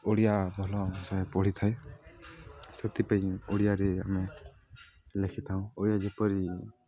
ଓଡ଼ିଆ ଭଲ ପଢ଼ିଥାଏ ସେଥିପାଇଁ ଓଡ଼ିଆରେ ଆମେ ଲେଖିଥାଉ ଓଡ଼ିଆ ଯେପରି